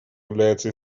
является